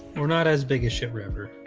we're not as big as shit river,